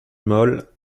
maule